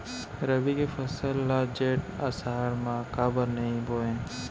रबि के फसल ल जेठ आषाढ़ म काबर नही बोए?